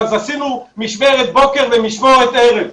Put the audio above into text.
אז עשינו משמרת בוקר ומשמרת ערב,